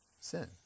Sin